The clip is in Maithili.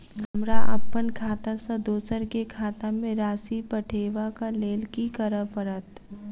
हमरा अप्पन खाता सँ दोसर केँ खाता मे राशि पठेवाक लेल की करऽ पड़त?